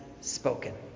spoken